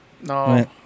No